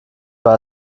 war